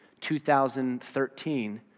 2013